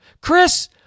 Chris